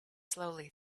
slowly